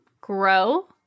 grow